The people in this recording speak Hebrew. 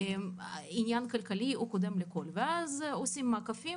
העניין הכלכלי קודם לכול ואז עושים מעקפים